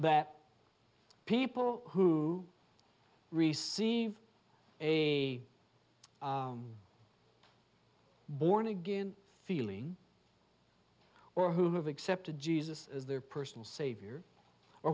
that people who receive a born again feeling or who have accepted jesus as their personal savior or